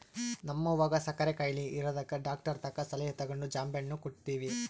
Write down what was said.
ನಮ್ವಗ ಸಕ್ಕರೆ ಖಾಯಿಲೆ ಇರದಕ ಡಾಕ್ಟರತಕ ಸಲಹೆ ತಗಂಡು ಜಾಂಬೆಣ್ಣು ಕೊಡ್ತವಿ